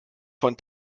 von